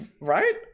right